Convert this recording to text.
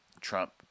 Trump